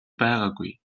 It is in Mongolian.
байгаагүй